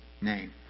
name